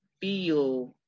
feel